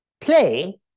play